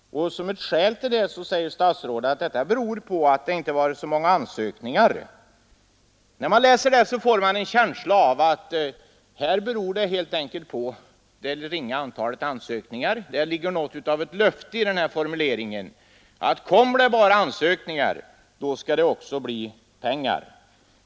Som ett skäl anför statsrådet att det inte kommit in så många ansökningar. Det ligger något av ett löfte i den formuleringen: Kommer det bara ansökningar skall det också bli pengar.